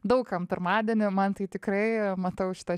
daug kam pirmadienį man tai tikrai matau šitą